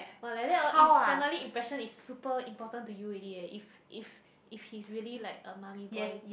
!wah! like that hor im~ family impression is super important to you already eh if if if he's really like a mummy boy